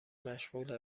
مشغوله